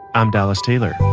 i'm dallas taylor